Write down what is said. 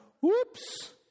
whoops